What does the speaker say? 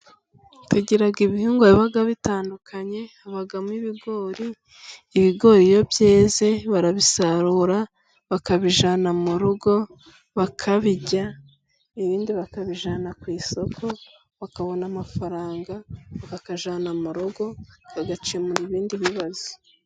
Tugira ibihingwa biba bitandukanye， habamo ibigori，ibigori iyo byeze barabisarura，bakabijyana mu rugo， bakabirya， ibindi bakabijyana ku isoko， bakabona amafaranga，bakajyana mu rugo， agakemura ibindi bibazo.